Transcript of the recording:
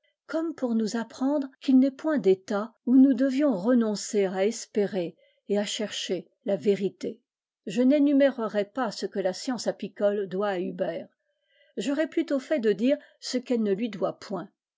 comme pour nous apprendre qu'il n'est point d'état où nous devions renoncer à espérer et à chercher la vérité je n'énumérerai pas ce que la science apicole doit à huber j'aurai plus tôt fait de dire ce qu'elle ne lui doit point